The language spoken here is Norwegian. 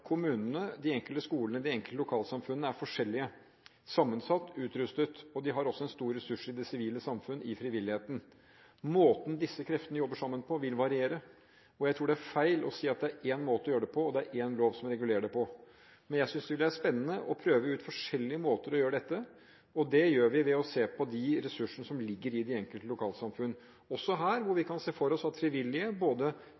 kommunene, de enkelte skolene og de enkelte lokalsamfunnene er forskjellig sammensatt, forskjellig utrustet. De har også en stor ressurs i det sivile samfunn, i frivilligheten. Måten disse kreftene jobber sammen på, vil variere. Jeg tror det er feil å si at det er én måte å gjøre det på, og én lov som regulerer det. Jeg synes det ville være spennende å prøve ut forskjellige måter å gjøre dette på. Det gjør vi ved å se på de ressursene som også her ligger i de enkelte lokalsamfunn,